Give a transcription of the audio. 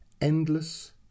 Endless